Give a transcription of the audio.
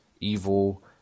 evil